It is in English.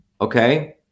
okay